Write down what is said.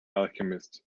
alchemist